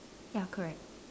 ya correct